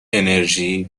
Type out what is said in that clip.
انِرژی